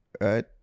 right